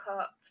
up